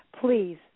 please